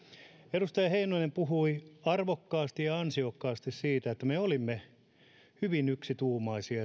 edustaja heinonen puhui arvokkaasti ja ja ansiokkaasti siitä että me olimme hyvin yksituumaisia